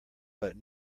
but